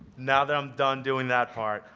now that i'm done doing that part,